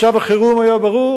מצב החירום היה ברור,